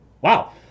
Wow